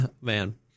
man